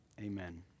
Amen